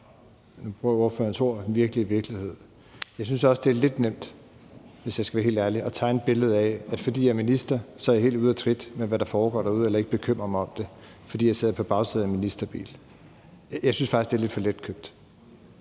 Inger Støjbergs ord – den virkelige virkelighed. Jeg synes også, hvis jeg skal være helt ærlig, det er lidt nemt at tegne et billede af, at fordi jeg er minister, er jeg helt ude af trit med, hvad der foregår derude, eller at jeg ikke bekymrer mig om det, fordi jeg sidder på bagsædet af en ministerbil. Jeg synes faktisk, det er lidt for letkøbt.